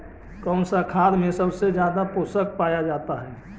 कौन सा खाद मे सबसे ज्यादा पोषण पाया जाता है?